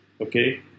okay